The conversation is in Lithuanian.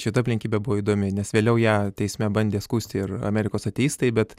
šita aplinkybė buvo įdomi nes vėliau ją teisme bandė skųsti ir amerikos ateistai bet